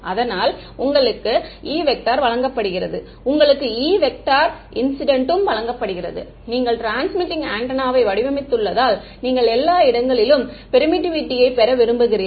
அதனால் உங்களுக்கு Eவழங்கப்படுகிறது உங்களுக்கு Einc ம் வழங்கப்படுகிறது நீங்கள் ட்ரான்ஸ்மிட்டிங் ஆண்டெனாவை வடிவமைத்துள்ளதால் நீங்கள் எல்லா இடங்களிலும் பெர்மிட்டிவிட்டியை பெற விரும்புகிறீர்கள்